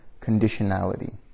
conditionality